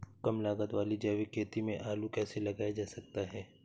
कम लागत वाली जैविक खेती में आलू कैसे लगाया जा सकता है?